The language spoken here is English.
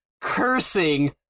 cursing